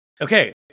Okay